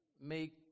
make